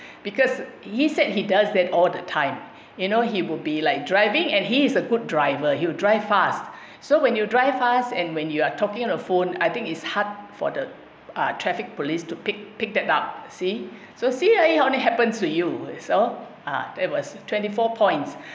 because he said he does that all the time you know he will be like driving and he's a good driver you drive fast so when you drive fast and when you are talking on the phone I think it's hard for the traffic police to pick pick that up see so see it only happens to you so uh it was twenty four points